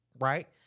right